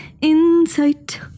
Insight